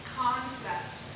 concept